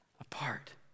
apart